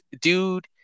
dude